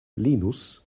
linus